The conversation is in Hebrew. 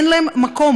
אין להם מקום,